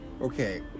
Okay